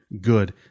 good